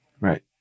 Right